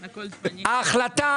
את החוק,